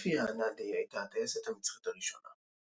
לוטפיה א-נאדי, הייתה הטייסת המצרית הראשונה.